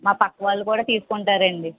మా పక్కవాళ్ళు కూడా తీసుకుంటారండీ